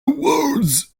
words